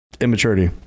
immaturity